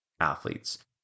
athletes